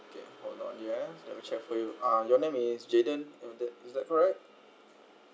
okay hold on ya let me check for you uh your name is jayden is that correct